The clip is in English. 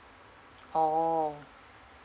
orh